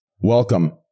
welcome